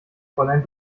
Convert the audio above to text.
fräulein